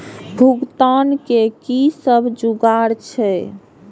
भुगतान के कि सब जुगार छे?